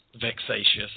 vexatious